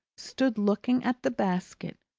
stood looking at the basket,